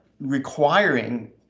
requiring